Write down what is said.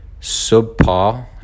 subpar